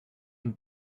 and